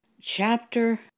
chapter